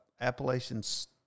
Appalachians